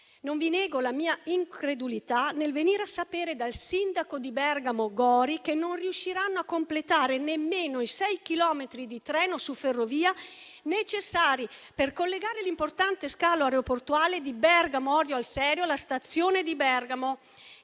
Non vi nego la mia incredulità nel venire a sapere dal sindaco di Bergamo Gori che non si riusciranno a completare nemmeno i 6 chilometri di ferrovia necessari per collegare l'importante scalo aeroportuale di Bergamo Orio al Serio alla stazione dei treni